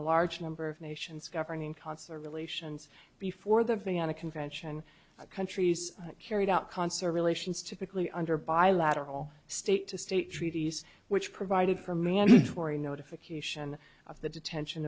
a large number of nations governing concert relations before the fianna convention countries carried out concer relations typically under bilateral state to state treaties which provided for mandatory notification of the detention